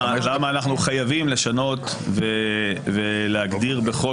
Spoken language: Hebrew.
למה אנחנו חייבים לשנות ולהגדיר בחוק